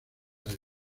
del